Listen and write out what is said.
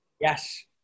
Yes